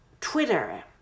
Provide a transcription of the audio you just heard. Twitter